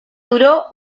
duró